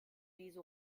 diese